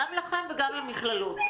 גם לכם וגם למכללות,